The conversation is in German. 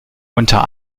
unter